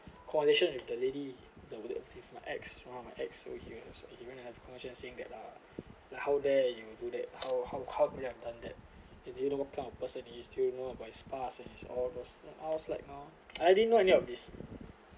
conversation with the lady the the with my ex my ex so you gonna have conversation saying that uh like how dare you will do that how how how going I've done that if you know what kind of person he is you still know about his past and all those I was like oh I didn't know any of this